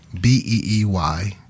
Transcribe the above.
B-E-E-Y